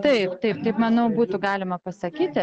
taip taip taip manau būtų galima pasakyti